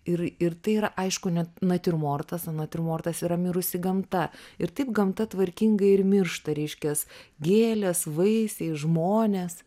ir ir tai yra aišku ne natiurmortas o natiurmortas yra mirusi gamta ir taip gamta tvarkingai ir miršta reiškias gėlės vaisiai žmonės